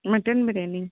mutton biryani